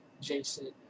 Jason